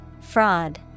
Fraud